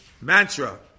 mantra